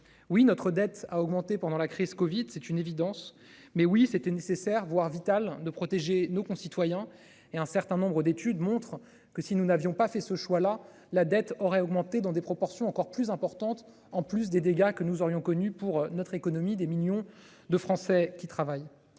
oui. Notre dette a augmenté pendant la crise Covid. C'est une évidence mais oui c'était nécessaire, voire vital de protéger nos concitoyens et un certain nombre d'études montrent que si nous n'avions pas fait ce choix là la dette aurait augmenté dans des proportions encore plus importante. En plus des dégâts que nous aurions connu pour notre économie, des millions de Français qui travaillent,